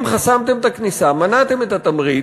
אם חסמתם את הכניסה, מנעתם את התמריץ,